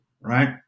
right